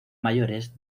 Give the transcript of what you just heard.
mayores